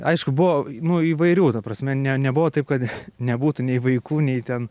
aišku buvo nu įvairių ta prasme ne nebuvo taip kad nebūtų nei vaikų nei ten